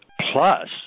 plus